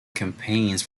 campaigns